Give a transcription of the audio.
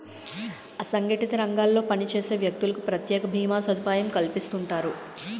అసంగటిత రంగాల్లో పనిచేసే వ్యక్తులకు ప్రత్యేక భీమా సదుపాయం కల్పిస్తుంటారు